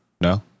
no